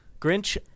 Grinch